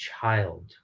child